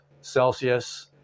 Celsius